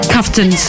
Cuffton